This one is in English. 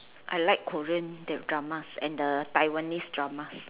I like Korean the dramas and the Taiwanese dramas